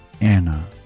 Anna